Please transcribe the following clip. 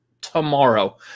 tomorrow